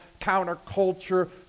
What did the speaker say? counterculture